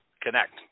connect